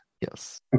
Yes